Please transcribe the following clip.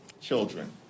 children